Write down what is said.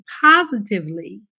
positively